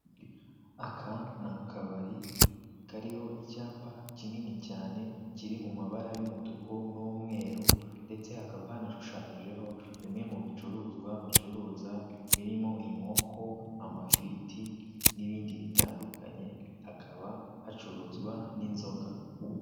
Aka ni akabari kariho icyapa kinini cyane kiri mu mabara y'umutuku n'umweru ndetse hakaba hanashushanyijeho bimwe mu bicuruzwa bacuruza birimo; inkoko, amafiriti n'ibindi bitandukanye, hakaba hacuruzwa n'inzoga.